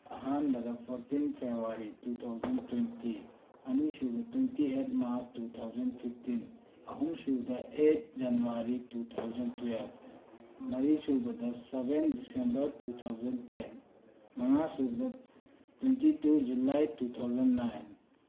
ꯑꯍꯥꯟꯕꯗ fourteen February two thousand twenty ꯑꯅꯤꯁꯨꯕ twenty eight March two thousand fifteen ꯑꯍꯨꯝ ꯁꯨꯕꯗ eight January two thousand twelve ꯃꯔꯤ ꯁꯨꯕꯗ seven December two thousand ten ꯃꯉꯥ ꯁꯨꯕꯗ twenty two July two thousand nine